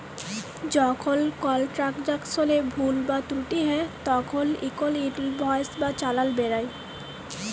যখল কল ট্রালযাকশলে ভুল বা ত্রুটি হ্যয় তখল ইকট ইলভয়েস বা চালাল বেরাই